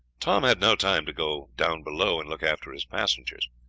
tom had now time to go down below and look after his passengers.